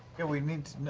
yeah, we need